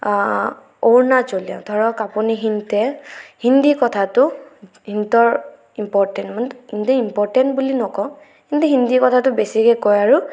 অৰুণাচলীয় ধৰক আপুনি হিন্দী কথাটো ইম্প'ৰটেণ্ট মানে হিন্দী ইম্প'ৰটেণ্ট বুলি নকওঁ কিন্তু হিন্দী কথাটো বেছিকৈ কয় আৰু